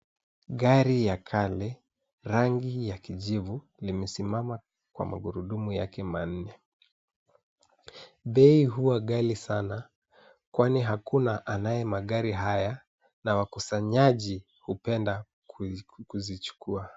Gari ya kale, rangi ya kijivu limesimama kwa magurudumu yake manne. Bei huwa ghali sana, kwani hakuna anaye magari haya na wakusanyaji hupenda kuzichukuwa.